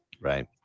Right